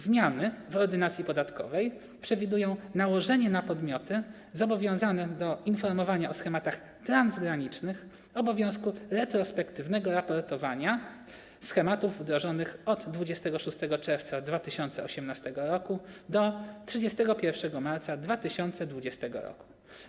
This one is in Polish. Zmiany w Ordynacji podatkowej przewidują nałożenie na podmioty zobowiązane do informowania o schematach transgranicznych obowiązku retrospektywnego raportowania schematów wdrożonych od 26 czerwca 2018 r. do 31 marca 2020 r.